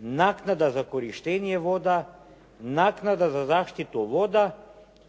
naknada za korištenje voda, naknada za zaštitu voda